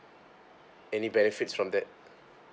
any benefits from that